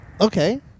Okay